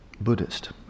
Buddhist